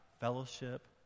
fellowship